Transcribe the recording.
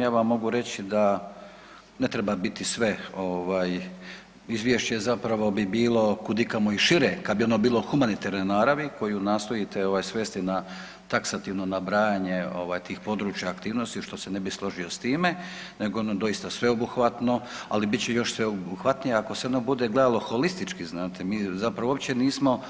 Ja vam mogu reći da ne treba biti sve ovaj, izvješće zapravo bi bilo kudikamo i šire kad bi ono bilo humanitarne naravi koju nastojite ovaj svesti na taksativno nabrajanje ovaj tih područja aktivnosti, što se ne bih složio s time nego je ono doista sveobuhvatno, ali bit će još sveobuhvatnije ako se ono bude gledalo holistički znate, mi zapravo uopće nismo